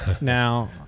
now